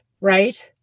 Right